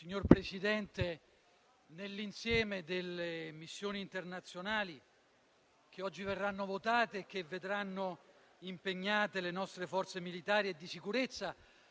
Signor Presidente, nell'insieme delle missioni internazionali che oggi verranno votate e che vedranno impegnate le nostre forze militari e di sicurezza,